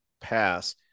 pass